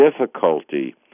difficulty